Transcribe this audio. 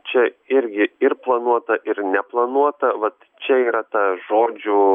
čia irgi ir planuota ir neplanuota vat čia yra ta žodžių